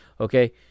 Okay